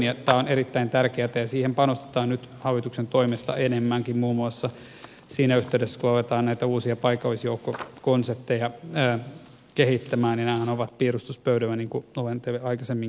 tämä on erittäin tärkeätä ja siihen panostetaan nyt hallituksen toimesta enemmänkin muun muassa siinä yhteydessä kun aletaan näitä uusia paikallisjoukkokonsepteja kehittämään ja nämähän ovat piirustuspöydällä niin kuin olen teille aikaisemmin kertonut